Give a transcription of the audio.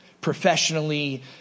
professionally